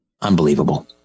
Unbelievable